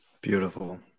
beautiful